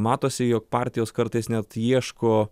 matosi jog partijos kartais net ieško